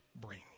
bring